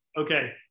okay